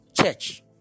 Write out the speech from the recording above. church